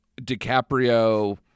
DiCaprio